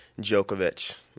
Djokovic